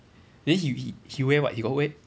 then he he he wear what he got wear